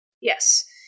Yes